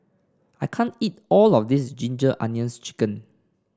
I can't eat all of this Ginger Onions chicken